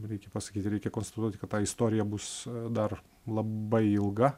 reikia pasakyti reikia konstatuoti kad ta istorija bus dar labai ilga